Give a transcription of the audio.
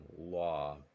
law